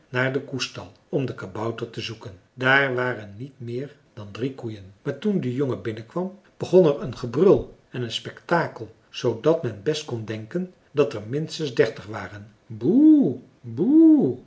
naar den koestal om den kabouter te zoeken daar waren niet meer dan drie koeien maar toen de jongen binnenkwam begon er een gebrul en een spektakel zoodat men best kon denken dat er minstens dertig waren boe boe